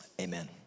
amen